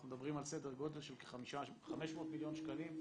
אנחנו מדברים על סדר גודל של כ-500 מיליון שקלים,